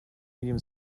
medium